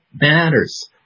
matters